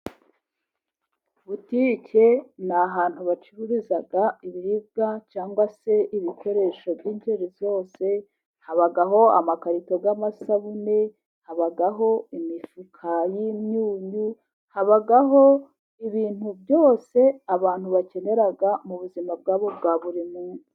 Butike n'ahantu bacururiza ibiribwa cyangwa se ibikoresho by'ingeri zose : habaho amakarito y'amasabune, habaho imifuka y'imyunyu, habaho ibintu byose abantu bakenera mu buzima bwabo bwa buri munsi.